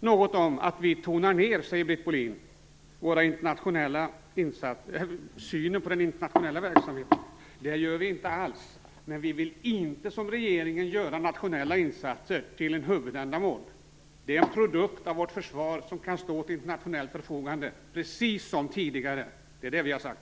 Britt Bohlin säger att vi tonar ned synen på den internationella verksamheten. Det gör vi inte alls. Men vi vill inte som regeringen, dvs. göra internationella insatser till ett huvudändamål. Det är en produkt av vårt försvar som kan stå till internationellt förfogande precis som tidigare. Det är det som vi har sagt.